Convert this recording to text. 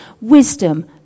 wisdom